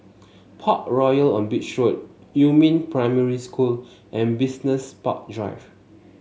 Parkroyal on Beach Road Yumin Primary School and Business Park Drive